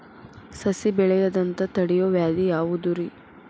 ಸಸಿ ಬೆಳೆಯದಂತ ತಡಿಯೋ ವ್ಯಾಧಿ ಯಾವುದು ರಿ?